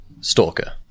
Stalker